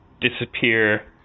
disappear